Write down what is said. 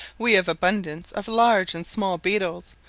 we have abundance of large and small beetles,